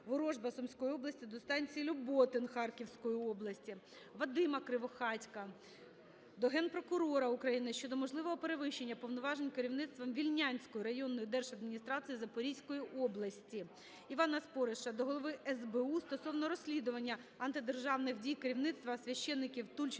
Ворожба Сумської області до станції Люботин Харківської області. Вадима Кривохатька до Генпрокурора України щодо можливого перевищення повноважень керівництвом Вільнянської районної держадміністрації Запорізької області. Івана Спориша до Голови СБУ стосовно розслідування антидержавних дій керівництва, священників